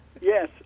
Yes